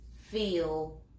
feel